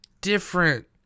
different